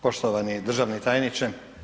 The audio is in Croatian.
Poštovani državni tajniče.